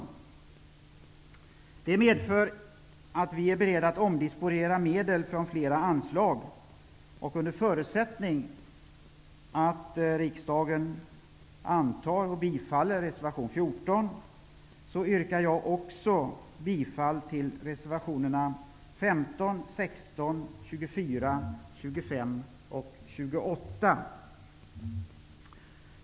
Reservation 14 innebär att vi är beredda att omdisponera medel från flera anslag. Under förutsättning att riksdagen antar och bifaller reservation 14, yrkar jag också bifall till reservationerna 15, 16, 24, 25 och 28.